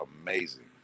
amazing